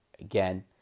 again